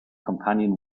companion